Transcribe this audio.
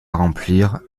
remplir